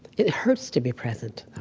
it hurts to be present,